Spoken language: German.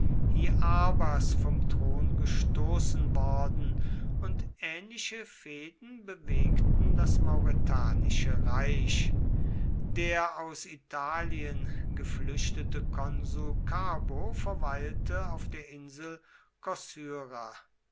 hiarbas vom thron gestoßen worden und ähnliche fehden bewegten das mauretanische reich der aus italien geflüchtete konsul carbo verweilte auf der insel